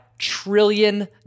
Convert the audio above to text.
trillion